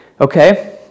okay